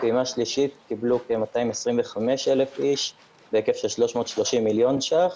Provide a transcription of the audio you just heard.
בפעימה השלישית קיבלו כ-225,000 איש בהיקף של 330 מיליון ש"ח.